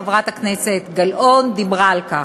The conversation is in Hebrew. חברת הכנסת גלאון דיברה על כך.